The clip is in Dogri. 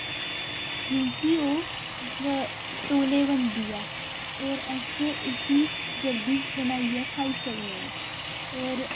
क्योंकि ओह् ब तौले बनदी ऐ होर अस उसी जल्दी बनाइयै खाई सकने आं होर